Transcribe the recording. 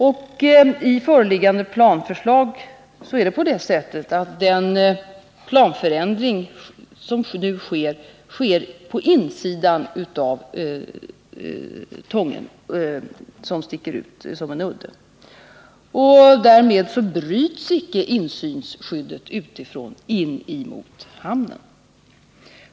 Enligt föreliggande planförslag görs planförändringen på insidan av Tången, varför insynsskyddet utifrån inte påverkas.